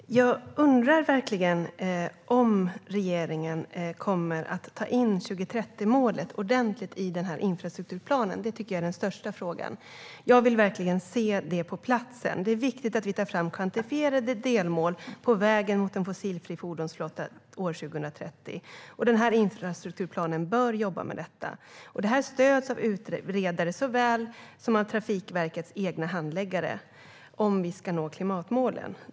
Herr talman! Jag undrar verkligen om regeringen kommer att ta in 2030-målet ordentligt i infrastrukturplanen. Det tycker jag är den största frågan. Jag vill verkligen se det på plats. Det är viktigt att vi tar fram kvantifierade delmål på vägen mot en fossilfri fordonsflotta år 2030. Den här infrastrukturplanen bör jobba med detta - det stöds av utredare såväl som av Trafikverkets egna handläggare - om vi ska nå klimatmålen.